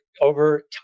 over